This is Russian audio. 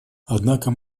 однако